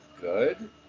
good